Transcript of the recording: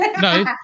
No